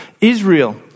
Israel